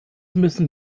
müssen